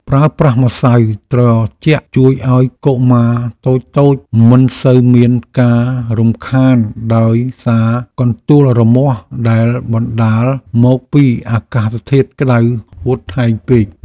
ប្រើប្រាស់ម្សៅត្រជាក់ជួយឱ្យកុមារតូចៗមិនសូវមានការរំខានដោយសារកន្ទួលរមាស់ដែលបណ្ដាលមកពីអាកាសធាតុក្តៅហួតហែងពេក។